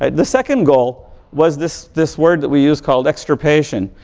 and the second goal was this this word that we use called extirpation.